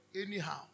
anyhow